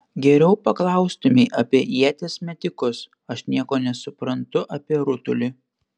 geriau paklaustumei apie ieties metikus aš nieko nesuprantu apie rutulį